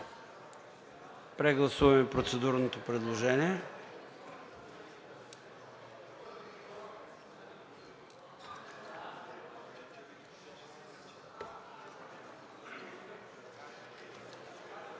Прегласуваме процедурното предложение.